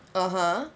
(uh huh)